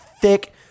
thick